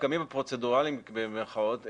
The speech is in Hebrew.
הפגמים הפרוצדורליים במרכאות,